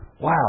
wow